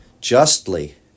Justly